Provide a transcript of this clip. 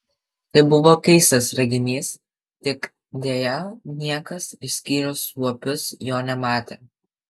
tai buvo keistas reginys tik deja niekas išskyrus suopius jo nematė